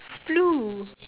flu